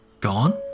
Gone